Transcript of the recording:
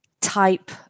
type